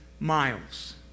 miles